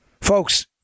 Folks